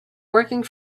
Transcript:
working